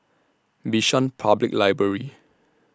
Bishan Public Library